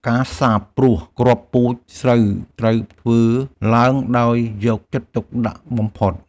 ការសាបព្រួសគ្រាប់ពូជស្រូវត្រូវធ្វើឡើងដោយយកចិត្តទុកដាក់បំផុត។